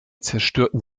zerstörten